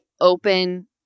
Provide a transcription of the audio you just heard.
open